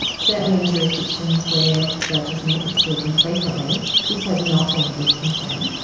certainly in jurisdictions where judges meet with children frequently this has not been a big concern,